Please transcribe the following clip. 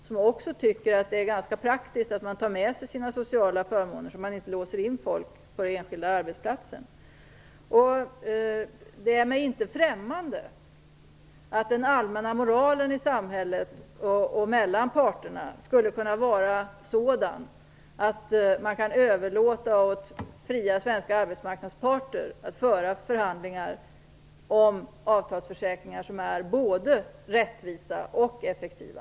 Jag tycker också att det är ganska praktiskt att man tar med sig sina sociala förmåner och att människor inte låses in på den enskilda arbetsplatsen. Det är mig inte heller främmande att den allmänna moralen i samhället och mellan parterna skulle kunna vara sådan att man kan överlåta åt fria svenska arbetsmarknadsparter att föra förhandlingar om avtalsförsäkringar som är både rättvisa och effektiva.